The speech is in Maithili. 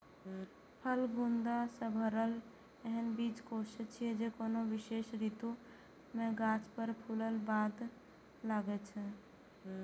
फल गूदा सं भरल एहन बीजकोष छियै, जे कोनो विशेष ऋतु मे गाछ पर फूलक बाद लागै छै